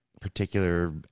particular